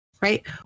right